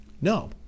No